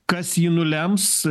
kas jį nulems